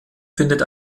findet